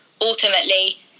ultimately